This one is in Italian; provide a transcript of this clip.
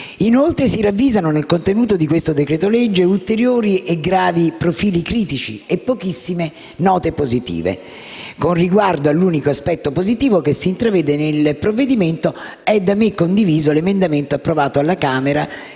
Inoltre, si ravvisano nel contenuto di questo decreto-legge ulteriori e gravi profili critici e pochissime note positive. Con riguardo all'unico aspetto positivo che si intravede nel provvedimento, è da me condiviso l'emendamento approvato alla Camera